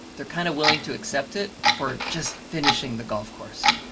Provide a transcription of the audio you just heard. they're kind of willing to accept it for just finishing the golf course.